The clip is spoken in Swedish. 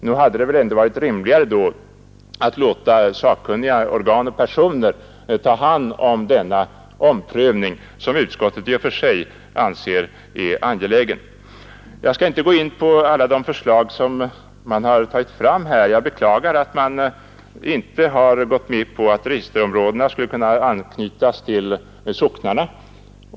Nog hade det varit rimligare att låta sakkunniga organ och personer få hand om denna omprövning, som utskottet i och för sig anser angelägen. Jag skall inte gå in på alla de förslag som tagits fram här. Jag beklagar att man inte har gått med på att registerområdena skulle kunna anknytas till socknar.